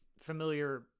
familiar